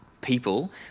people